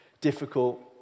difficult